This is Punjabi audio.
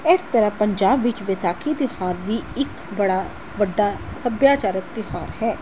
ਇਸ ਤਰ੍ਹਾਂ ਪੰਜਾਬ ਵਿੱਚ ਵਿਸਾਖੀ ਤਿਉਹਾਰ ਵੀ ਇੱਕ ਬੜਾ ਵੱਡਾ ਸੱਭਿਆਚਾਰਕ ਤਿਉਹਾਰ ਹੈ